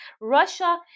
Russia